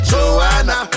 Joanna